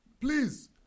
please